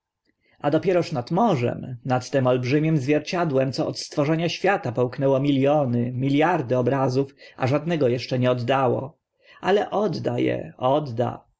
dopieroż nad morzem nad tym olbrzymim zwierciadłem co od stworzenia świata połknęło miliony miliardy obrazów a żadnego eszcze nie oddało ale odda